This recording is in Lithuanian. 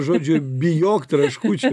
žodžio bijok traškučio